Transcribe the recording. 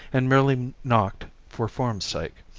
and merely knocked for form's sake,